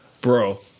Bro